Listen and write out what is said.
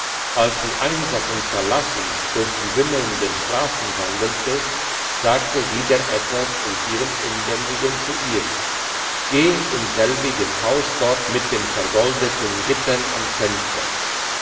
als sie einsam und verlassen durch die wimmelnden strassen wandelte sagte wieder etwas in ihrem inwendigen zu ihr geh in selbiges haus dort mit den vergoldeten gittern am fenster